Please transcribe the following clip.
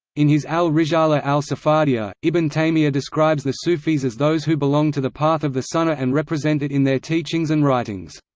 in his al-risala al-safadiyya, ibn taymiyyah describes the sufis as those who belong to the path of the sunna and represent it in their teachings and writings.